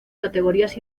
categorías